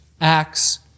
Acts